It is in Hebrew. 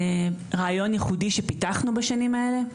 זה מן רעיון ייחודי שפיתחנו בשנים האלו.